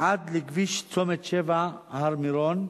עד לכביש צומת-שבע, הר-מירון,